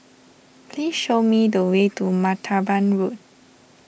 please show me the way to Martaban Road